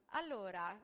allora